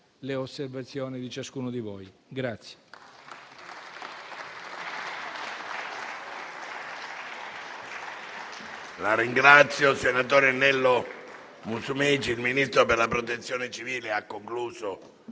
le osservazioni di ciascuno di voi.